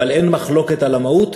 אבל אין מחלוקת על המהות.